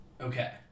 Okay